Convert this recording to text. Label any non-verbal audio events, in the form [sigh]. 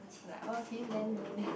I like oh can you lend me [laughs]